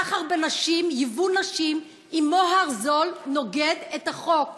סחר בנשים, ייבוא נשים עם מוהר זול, נוגד את החוק,